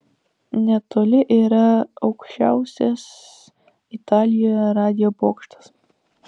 netoli yra aukščiausias italijoje radijo bokštas